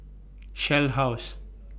Shell House